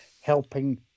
helping